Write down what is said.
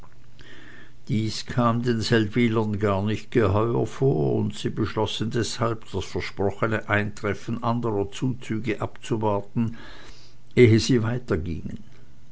dies kam den seldwylern gar nicht geheuer vor und sie beschlossen deshalb das versprochene eintreffen anderer zuzüge abzuwarten ehe sie weitergingen